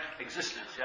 existence